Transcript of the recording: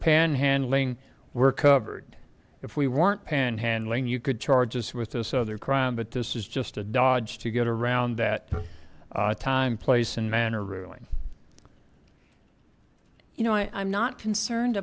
panhandling were covered if we weren't panhandling you could charge as with this other crime but this is just a dodge to get around that time place and manner ruing you know i am not concerned